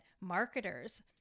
marketers